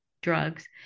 drugs